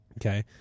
okay